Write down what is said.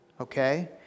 Okay